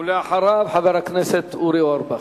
ואחריו חבר הכנסת אורי אורבך.